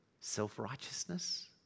self-righteousness